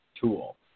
tool